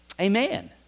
Amen